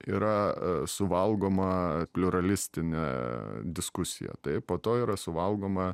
yra suvalgoma pliuralistinė diskusija taip po to yra suvalgoma